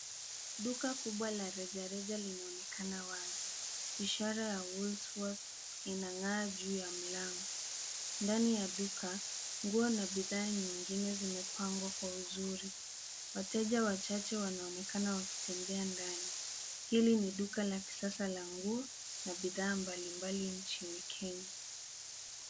Duka kubwa la rejareja linaonekana wazi. Ishara ya Woolworths inang' aa juu ya mlango. Ndani ya duka, nguo na bidhaa nyingine zimepangwa kwa uzuri. Wateja wachache wanaonekana wakitembea ndani. Hili ni duka la kisasa la nguo na bidhaa mbalimbali na nguo nchini Kenya.